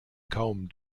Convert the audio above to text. kaum